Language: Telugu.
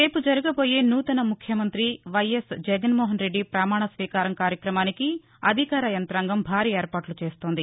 రేపు జరగబోయే నూతన ముఖ్యమంతి వైఎస్ జగన్మోహన్రెడ్డి పమాణస్వీకారం కార్యక్రమానికి అధికారి యంగ్రాంగం భారీ ఏర్పాట్లు చేస్తోంది